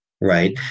right